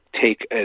take